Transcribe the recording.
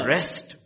rest